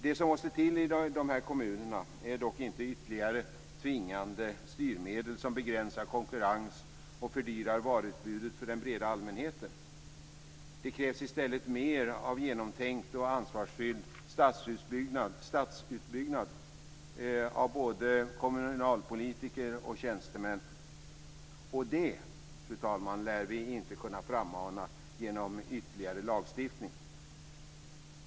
Det som måste till i de här kommunerna är dock inte ytterligare tvingande styrmedel som begränsar konkurrens och fördyrar varuutbudet för den breda allmänheten. Det krävs i stället mer av genomtänkt och ansvarsfylld stadsutbyggnad av både kommunalpolitiker och tjänstemän. Och det, fru talman, lär vi inte kunna frammana genom ytterligare lagstiftning.